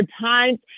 times